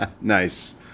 Nice